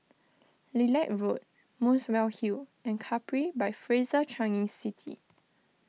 Lilac Road Muswell Hill and Capri by Fraser Changi City